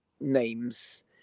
names